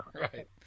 right